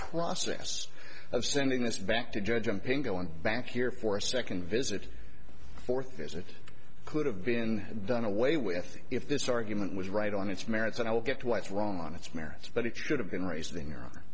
process of sending this back to judge umping go on back here for a second visit fourth as it could have been done away with if this argument was right on its merits and i will get what's wrong on its merits but it should have been raised in europe